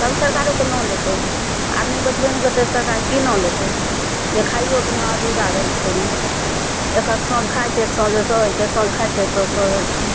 तब सरकारोके नाम लेतय आदमी बचबे नहि करतय तऽ सरकारके की नाम लेतय जे खाइयो बिना औरदा रहय छै ओइमे एकक साँझ खाइ छै एक साँझ सहय छै एक साँझ खाइ छै एक साँझ सहय छै